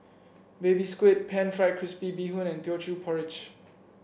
Baby Squid pan fried crispy Bee Hoon and Teochew Porridge